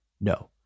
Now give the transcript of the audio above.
No